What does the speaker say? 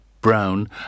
Brown